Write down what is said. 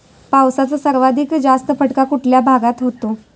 पावसाचा सर्वाधिक जास्त फटका कुठल्या भागात होतो?